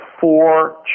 four